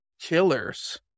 killers